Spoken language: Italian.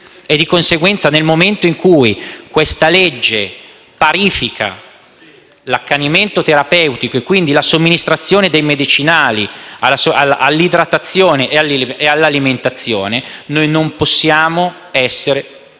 e, di conseguenza, nel momento in cui il provvedimento parifica l'accanimento terapeutico (e, quindi, la somministrazione dei medicinali) all'idratazione e all'alimentazione, noi non possiamo essere